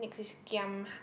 next is giam